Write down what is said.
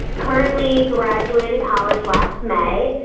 currently graduated college last may,